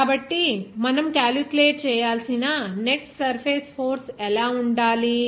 కాబట్టి మనము క్యాలిక్యులేట్ చేయాల్సిన నెట్ సర్ఫేస్ ఫోర్స్ ఎలా ఉండాలి